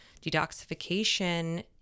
detoxification